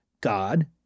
God